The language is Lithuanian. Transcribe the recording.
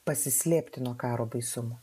pasislėpti nuo karo baisumo